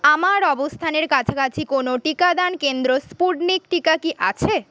আমার অবস্থানের কাছাকাছি কোনো টিকাদান কেন্দ্রে স্পুটনিক টিকা কি আছে